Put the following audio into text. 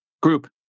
group